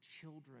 children